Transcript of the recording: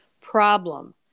problem